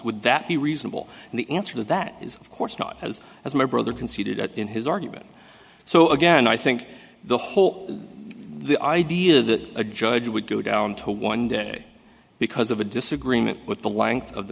would that be reasonable and the answer to that is of course not as as my brother conceded in his argument so again i think the whole the idea that a judge would go down to one day because of a disagreement with the length of the